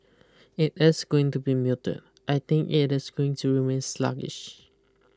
it is going to be muted I think it is going to remain sluggish